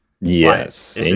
Yes